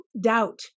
doubt